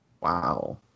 Wow